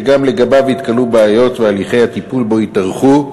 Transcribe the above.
שגם לגביו התגלו בעיות והליכי הטיפול בו התארכו.